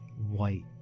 white